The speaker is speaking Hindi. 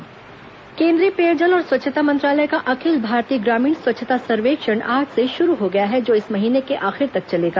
स्वच्छता सर्वेक्षण केंद्रीय पेयजल और स्वच्छता मंत्रालय का अखिल भारतीय ग्रामीण स्वच्छता सर्वेक्षण आज से शुरू हो गया है जो इस महीने के आखिर तक चलेगा